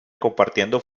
compartiendo